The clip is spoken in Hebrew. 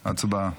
הצבעה.